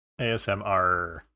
ASMR